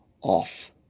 off